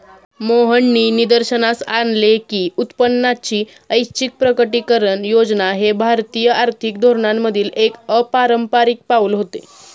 मोहननी निदर्शनास आणले की उत्पन्नाची ऐच्छिक प्रकटीकरण योजना हे भारतीय आर्थिक धोरणांमधील एक अपारंपारिक पाऊल होते